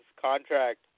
contract